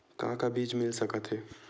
का का बीज मिल सकत हे?